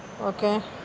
okay